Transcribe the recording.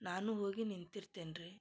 ನಾನು ಹೋಗಿ ನಿಂತಿರ್ತೇನ ರೀ